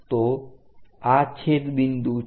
તો આ છેદ બિંદુ છે